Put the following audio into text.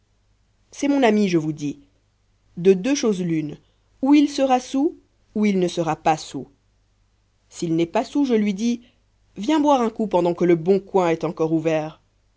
c'est mon ami je vous dis de deux choses l'une ou il sera soûl ou il ne sera pas soûl s'il n'est pas soûl je lui dis viens boire un coup pendant que le bon coing est encore ouvert